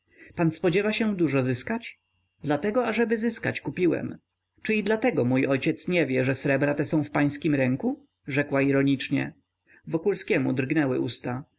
pan spodziewa się dużo zyskać dlatego ażeby zyskać kupiłem czy i dlatego mój ojciec nie wie że srebra te są w pańskim ręku rzekła ironicznie wokulskiemu drgnęły usta